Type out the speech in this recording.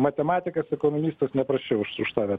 matematikas ekonomistas neprasčiau už už tave